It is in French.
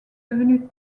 devenu